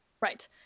Right